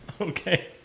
Okay